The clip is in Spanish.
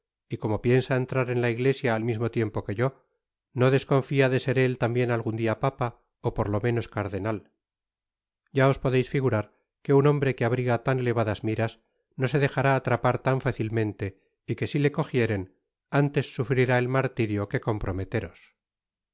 y como piensa entrar en la iglesia al mismo tiempo que yo no desconfía de ser él tambien algun dia papa ó por le menos cardenal ya os podeis figurar que un hombre que abriga tan elevadas miras no se dejará atrapar tan facilmente y que si le cojieren antes sufrirá el martirio que comprometeros